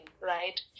right